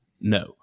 No